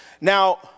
Now